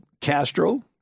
Castro